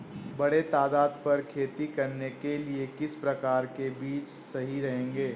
बड़े तादाद पर खेती करने के लिए किस प्रकार के बीज सही रहेंगे?